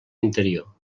interior